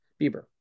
Bieber